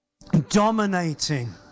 Dominating